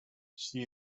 she